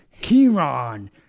Kieran